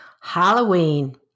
Halloween